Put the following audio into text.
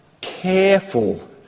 careful